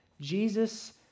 Jesus